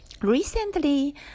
recently